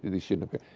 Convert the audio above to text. this shouldn't appear.